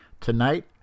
tonight